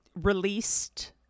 released